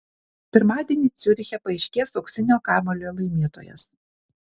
pirmadienį ciuriche paaiškės auksinio kamuolio laimėtojas